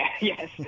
Yes